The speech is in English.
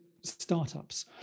startups